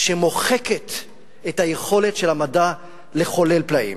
שמוחקת את היכולת של המדע לחולל פלאים.